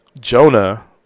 Jonah